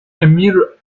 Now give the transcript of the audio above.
emir